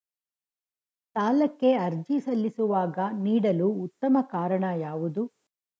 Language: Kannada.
ಸಾಲಕ್ಕೆ ಅರ್ಜಿ ಸಲ್ಲಿಸುವಾಗ ನೀಡಲು ಉತ್ತಮ ಕಾರಣ ಯಾವುದು?